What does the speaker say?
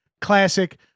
classic